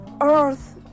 earth